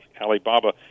Alibaba